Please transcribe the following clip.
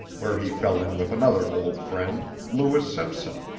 where he fell in with another old friend, lewis simpson,